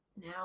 now